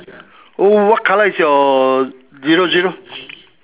oh what colour is your zero zero